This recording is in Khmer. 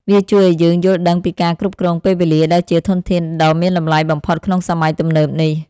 វាជួយឱ្យយើងយល់ដឹងពីការគ្រប់គ្រងពេលវេលា ដែលជាធនធានដ៏មានតម្លៃបំផុតក្នុងសម័យទំនើបនេះ។